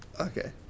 Okay